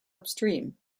upstream